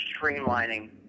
streamlining